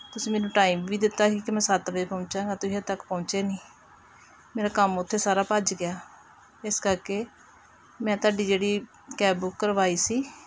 ਤੁਸੀਂ ਮੈਨੂੰ ਟਾਈਮ ਵੀ ਦਿੱਤਾ ਸੀ ਕਿ ਮੈਂ ਸੱਤ ਵਜੇ ਪਹੁੰਚਾਗਾ ਤੁਸੀਂ ਹਜੇ ਤੱਕ ਪਹੁੰਚੇ ਨਹੀਂ ਮੇਰਾ ਕੰਮ ਉੱਥੇ ਸਾਰਾ ਭੱਜ ਗਿਆ ਇਸ ਕਰਕੇ ਮੈਂ ਤੁਹਾਡੀ ਜਿਹੜੀ ਕੈਬ ਬੁੱਕ ਕਰਵਾਈ ਸੀ